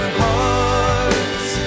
hearts